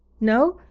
no?